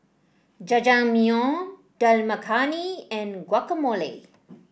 Jajangmyeon Dal Makhani and Guacamole